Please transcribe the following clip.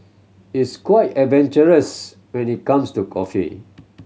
it's quite adventurous when it comes to coffee